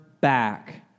back